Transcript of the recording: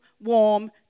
warm